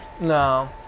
No